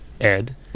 Ed